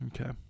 Okay